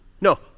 No